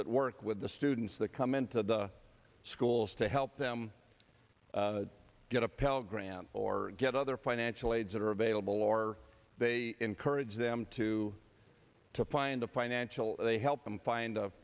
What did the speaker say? that work with the students that come into the schools to help them get a pell grant or get other financial aid that are available or they encourage them to to find a financial help them find